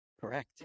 Correct